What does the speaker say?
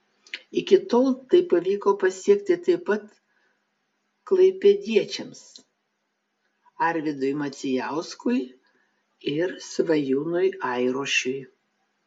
iki tol tai pavyko pasiekti taip pat klaipėdiečiams arvydui macijauskui ir svajūnui airošiui